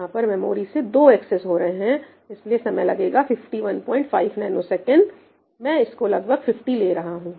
यहां पर मेमोरी से दो एक्सेस हो रहे हैं इसलिए समय लगेगा 515 nsमैं इसको लगभग 50 ले रहा हूं